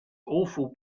awful